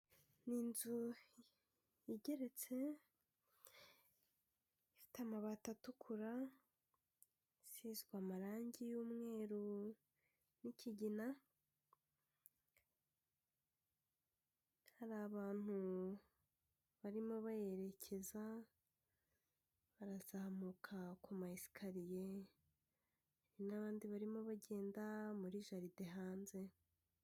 Ni inzu igeretse ifite amabati atukura, isinzwe amarangi y'umweru n'ikigina, hari abantu barimo bayerekeza, barazamuka ku mayesikariye n'abandi barimo bagenda muri jaride hanze.